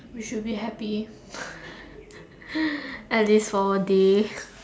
we should be happy at least for a day